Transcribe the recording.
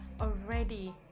already